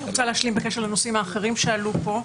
אני רוצה להשלים בקשר לנושאים האחרים שעלו פה.